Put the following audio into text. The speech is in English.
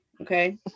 Okay